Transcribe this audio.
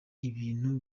ibintu